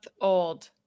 old